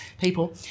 people